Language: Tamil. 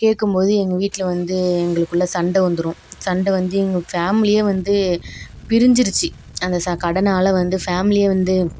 கேட்கும் மோது எங்கள் வீட்டில் வந்து எங்களுக்குள்ளே சண்டை வந்துடும் சண்டை வந்து எங்கள் ஃபேமிலியே வந்து பிரிஞ்சிடுச்சு அந்த கடனால் வந்து ஃபேமிலியாக வந்து